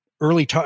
early